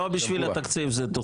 לא בשביל התקציב זה תוכנן.